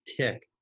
tick